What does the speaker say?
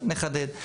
נחדד.